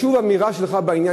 חשוב שתהיה אמירה שלך בעניין.